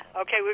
okay